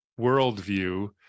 worldview